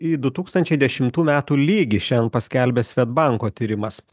į du tūkstančiai dešimtų metų lygį šiandien paskelbė svedbanko tyrimas